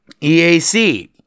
EAC